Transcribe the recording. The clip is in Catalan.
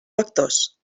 lectors